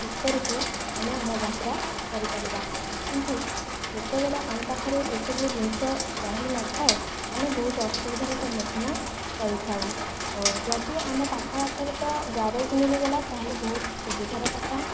ଠିକ କରିକି ଆମେ ଆମ ଯାତ୍ରା କରିପାରିବା କିନ୍ତୁ ଯେତେବେଳେ ଆମ ପାଖରେ ଏହି ସବୁ ଜିନିଷ ରହିନଥାଏ ଆମେ ବହୁତ ଅସୁବିଧାର ସମ୍ମୁଖୀନ କରିଥାଉ ଯଦି ଆମ ପାଖ ଆଖ ରେ ତ ଗ୍ୟାରେଜ ମିଳିଗଲା ତାହେଲେ ବହୁତ ସୁବିଧାର କଥା